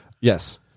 Yes